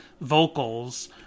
vocals